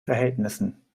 verhältnissen